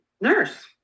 nurse